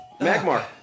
Magmar